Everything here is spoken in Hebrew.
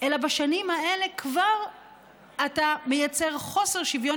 אלא כבר בשנים האלה אתה מייצר חוסר שוויון